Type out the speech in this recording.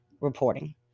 reporting